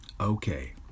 Okay